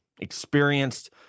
experienced